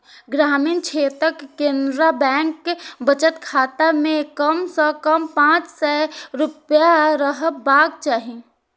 ग्रामीण क्षेत्रक केनरा बैंक बचत खाता मे कम सं कम पांच सय रुपैया रहबाक चाही